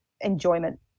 enjoyment